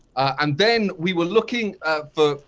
and then we were looking um for,